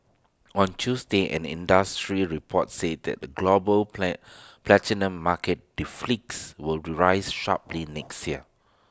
on Tuesday and an industry report said that the global plan platinum market deficits will rise sharply next year